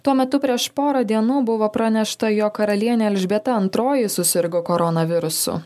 tuo metu prieš porą dienų buvo pranešta jog karalienė elžbieta antroji susirgo koronavirusu